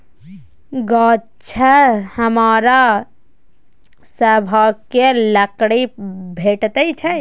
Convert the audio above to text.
गाछसँ हमरा सभकए लकड़ी भेटैत छै